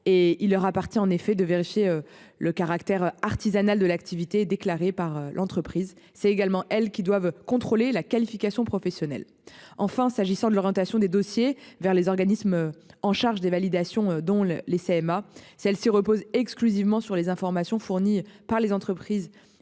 et il leur appartient en effet de vérifier le caractère artisanale de l'activité déclarée par l'entreprise c'est également elle qui doivent contrôler la qualification professionnelle. Enfin, s'agissant de l'orientation des dossiers vers les organismes en charge des validations dont le les CMA si elle se repose exclusivement sur les informations fournies par les entreprises concernant